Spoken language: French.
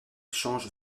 change